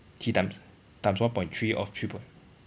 three times times one point three of three point